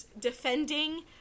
defending